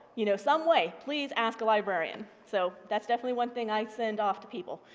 you know, some way please ask a librarian. so that's definitely one thing i send off to people.